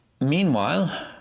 Meanwhile